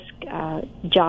job